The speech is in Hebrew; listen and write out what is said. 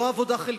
לא עבודה חלקית,